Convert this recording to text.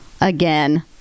again